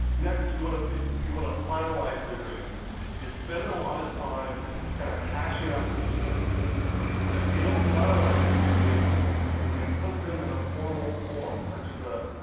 next you want you want to finalize the agreements. you spend a lot of time kind of hashing out the details but if you don't finalize those agreements and put them in a formal form such as a